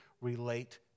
relate